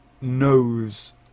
knows